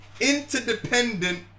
interdependent